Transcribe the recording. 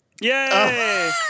yay